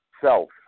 Self